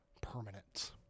permanent